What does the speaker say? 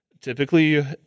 typically